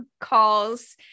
calls